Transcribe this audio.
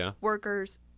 workers